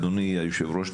אדוני היושב-ראש,